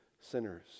sinners